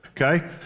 okay